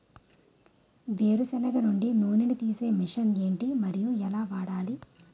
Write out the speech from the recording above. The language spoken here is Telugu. వేరు సెనగ నుండి నూనె నీ తీసే మెషిన్ ఏంటి? మరియు ఎలా వాడాలి?